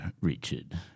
Richard